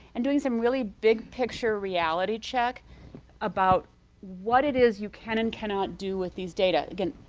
and doing some really big picture reality check about what it is you can and cannot do with these data? again,